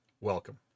welcome